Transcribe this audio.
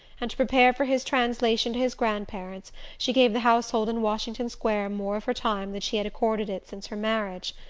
and, to prepare for his translation to his grandparents' she gave the household in washington square more of her time than she had accorded it since her marriage.